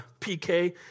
PK